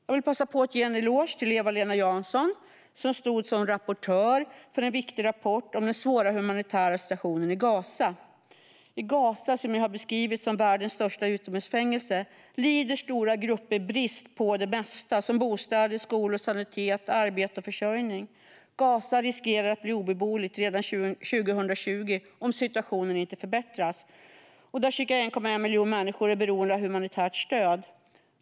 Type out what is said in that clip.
Jag vill passa på att ge en eloge till Eva-Lena Jansson, som stod som rapportör för en viktig rapport om den svåra humanitära situationen i Gaza. I Gaza, som har beskrivits som världens största utomhusfängelse, lider stora grupper brist på det mesta: bostäder, skolor, sanitet, arbete och försörjning. Gaza riskerar att bli obeboeligt redan 2020 om situationen inte förbättras. Ca 1,1 miljoner människor är beroende av humanitärt stöd.